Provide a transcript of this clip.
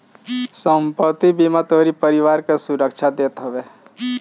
संपत्ति बीमा तोहरी परिवार के सुरक्षा देत हवे